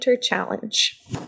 challenge